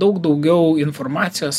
daug daugiau informacijos